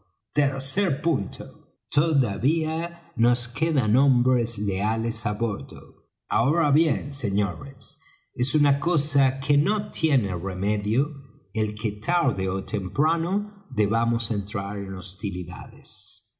tercer punto todavía nos quedan hombres leales á bordo ahora bien señores es una cosa que no tiene remedio el que tarde ó temprano debamos entrar en hostilidades